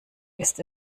ist